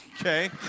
Okay